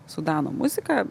sudano muziką